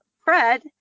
Fred